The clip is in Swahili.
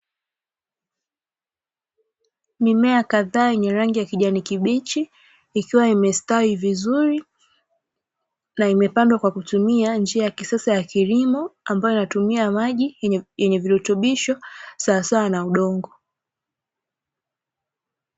Mimea kadhaa yenye rangi ya kijani kibichi ikiwa imestawi vizuri na imepandwa kwa kutumia njia ya kisasa ya kilimo, ambayo inatumia maji yenye virutubisho sawasawa na udongo.